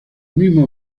mismo